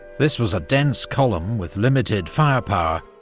this was a dense column, with limited firepower,